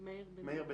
מאיר,